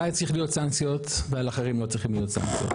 עליי צריך להיות סנקציות ועל אחרים לא צריך להיות סנקציות.